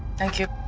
thank you.